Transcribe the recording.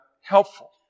helpful